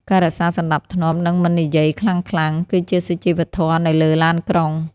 ការរក្សាសណ្តាប់ធ្នាប់ និងមិននិយាយខ្លាំងៗ គឺជាសុជីវធម៌នៅលើឡានក្រុង។